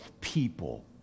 people